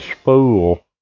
spool